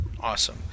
Awesome